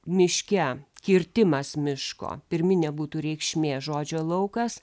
miške kirtimas miško pirminė būtų reikšmė žodžio laukas